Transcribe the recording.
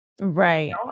Right